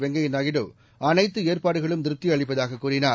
வெங்கைய நாயுடு அனைத்து ஏற்பாடுகளும் திருப்தி அளிப்பதாக கூறினார்